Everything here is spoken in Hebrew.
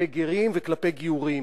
כלפי גרים וכלפי גיורים.